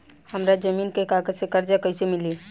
हमरा जमीन के कागज से कर्जा कैसे मिली?